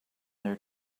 their